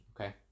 Okay